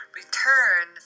return